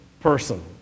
person